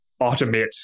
automate